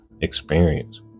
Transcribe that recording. experience